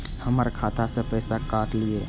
हमर खाता से पैसा काट लिए?